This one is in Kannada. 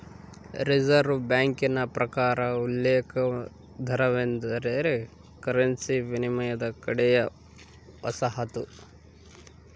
ರಿಸೆರ್ವೆ ಬ್ಯಾಂಕಿನ ಪ್ರಕಾರ ಉಲ್ಲೇಖ ದರವೆಂದರೆ ಕರೆನ್ಸಿ ವಿನಿಮಯದ ಕಡೆಯ ವಸಾಹತು